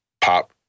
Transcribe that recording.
pop